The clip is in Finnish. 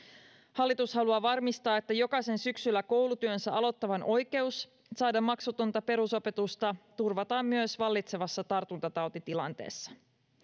hallitus haluaa varmistaa että jokaisen syksyllä koulutyönsä aloittavan oikeus saada maksutonta perusopetusta turvataan myös vallitsevassa tartuntatautitilanteessa